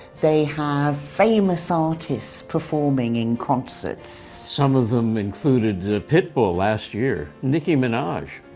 they have famous artists performing in concerts. some of them included pit bull last year, nicki minaj.